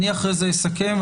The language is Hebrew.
אחרי זה אסכם,